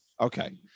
Okay